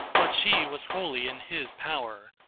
but she was wholly in his power.